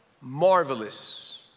marvelous